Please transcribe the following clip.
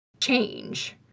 change